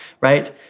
right